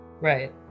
Right